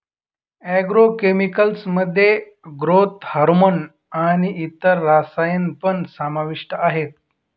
agro chemicals मध्ये growth hormone आणि इतर रसायन पण समाविष्ट आहेत